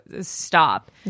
stop